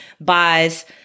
buys